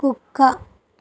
కుక్క